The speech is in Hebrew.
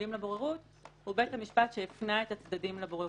שמביאים לבוררות הוא בית המשפט שהפנה את הצדדים לבוררות.